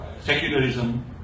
secularism